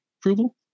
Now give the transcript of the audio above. approval